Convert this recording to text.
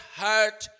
hurt